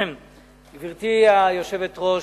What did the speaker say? גברתי היושבת-ראש,